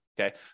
Okay